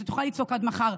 אז את יכולה לצעוק עד מחר.